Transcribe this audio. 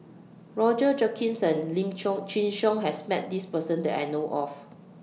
Roger Jenkins and Lim Chin Siong has Met This Person that I know of